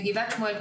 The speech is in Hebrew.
בגבעת שמואל,